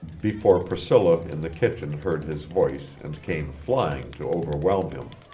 before priscilla in the kitchen heard his voice and came flying to overwhelm him.